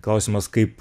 klausimas kaip